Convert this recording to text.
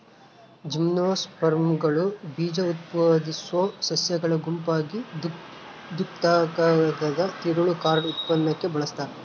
ಜಿಮ್ನೋಸ್ಪರ್ಮ್ಗಳು ಬೀಜಉತ್ಪಾದಿಸೋ ಸಸ್ಯಗಳ ಗುಂಪಾಗಿದ್ದುಕಾಗದದ ತಿರುಳು ಕಾರ್ಡ್ ಉತ್ಪನ್ನಕ್ಕೆ ಬಳಸ್ತಾರ